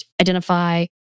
identify